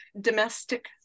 domestic